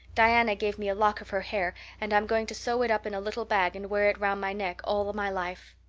diana gave me a lock of her hair and i'm going to sew it up in a little bag and wear it around my neck all my life.